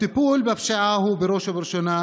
הטיפול בפשיעה הוא בראש ובראשונה